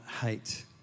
hate